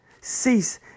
cease